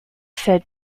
said